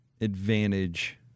advantage